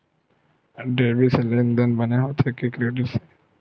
Debit से लेनदेन बने होथे कि क्रेडिट से?